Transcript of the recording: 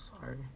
sorry